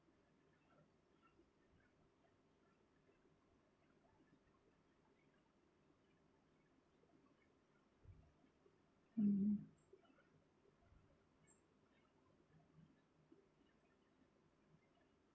mm